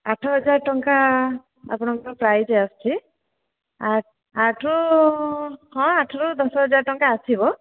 ଆଠହଜାର ଟଙ୍କା ଆପଣଙ୍କର ପ୍ରାଇଜ଼ ଆସିଛି ଆଠ ରୁ ହଁ ଆଠ ରୁ ଦଶ ହଜାର ଟଙ୍କା ଆସିବ